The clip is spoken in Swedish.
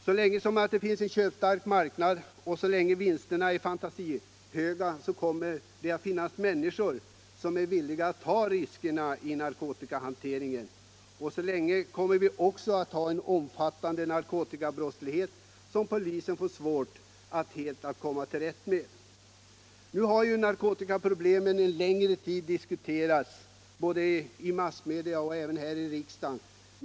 Så länge det finns en köpstark marknad och så länge vinsterna är fantasihöga, kommer det att finnas människor som är villiga att ta riskerna med narkotikahantering. Så länge kommer vi också att ha en omfattande — Nr 31 narkotikabrottslighet, som polisen får svårt att helt komma till rätta med. Tisdagen den Narkotikaproblemen har länge diskuterats både i massmedia och här 23: november 1976 i riksdagen.